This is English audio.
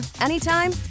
anytime